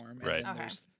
Right